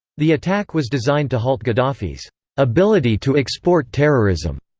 the attack was designed to halt gaddafi's ability to export terrorism,